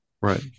Right